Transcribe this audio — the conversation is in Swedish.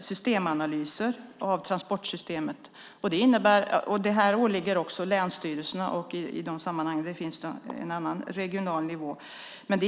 systemanalyser av transportsystemet. Detta åligger också länsstyrelserna och annan regional nivå som finns i de sammanhangen.